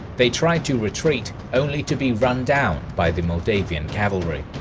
they tried to retreat only to be run down by the moldavian cavalry.